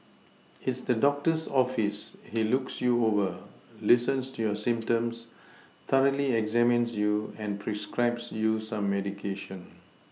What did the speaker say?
is the doctor's office he looks you over listens to your symptoms thoroughly examines you and prescribes you some medication